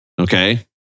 Okay